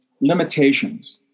limitations